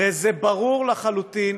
הרי זה ברור לחלוטין,